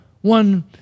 one